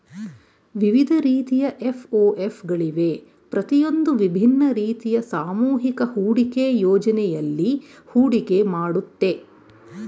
ವಿವಿಧ ರೀತಿಯ ಎಫ್.ಒ.ಎಫ್ ಗಳಿವೆ ಪ್ರತಿಯೊಂದೂ ವಿಭಿನ್ನ ರೀತಿಯ ಸಾಮೂಹಿಕ ಹೂಡಿಕೆ ಯೋಜ್ನೆಯಲ್ಲಿ ಹೂಡಿಕೆ ಮಾಡುತ್ತೆ